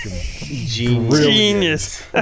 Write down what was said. genius